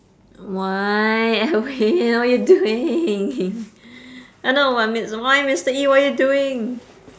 why edwin what are you doing ah no I mean why mister E what you doing